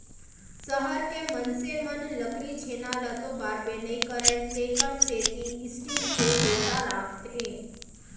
सहर के मनसे मन लकरी छेना ल तो बारबे नइ करयँ तेकर सेती स्टील के लोटा राखथें